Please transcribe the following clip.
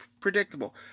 predictable